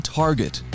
target –